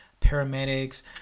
paramedics